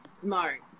smart